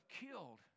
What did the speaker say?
killed